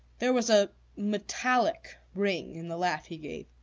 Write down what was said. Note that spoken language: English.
there was a metallic ring in the laugh he gave.